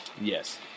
Yes